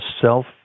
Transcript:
self